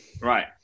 Right